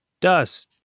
dust